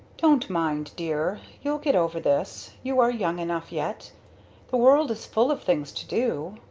don't mind, dear you'll get over this you are young enough yet the world is full of things to do!